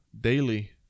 daily